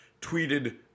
tweeted